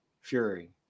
Fury